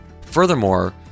Furthermore